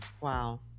Wow